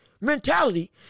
mentality